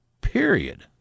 period